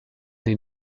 den